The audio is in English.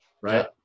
right